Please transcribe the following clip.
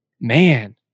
man